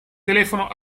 telefono